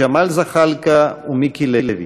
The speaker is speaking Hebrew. ג'מאל זחאלקה ומיקי לוי.